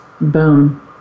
boom